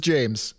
James